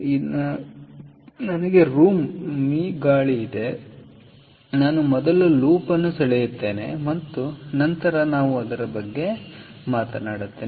ಆದ್ದರಿಂದ ನಾನು ಏನು ಮಾಡುತ್ತೇನೆಂದರೆ ನನಗೆ ರೂಮ್ ಮೀ ಗಾಳಿ ಇದೆ ನಾನು ಮೊದಲು ಲೂಪ್ ಅನ್ನು ಸೆಳೆಯುತ್ತೇನೆ ಮತ್ತು ನಂತರ ನಾವು ಅದರ ಬಗ್ಗೆ ಮಾತನಾಡುತ್ತೇವೆ